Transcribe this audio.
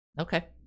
okay